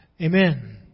amen